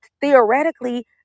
theoretically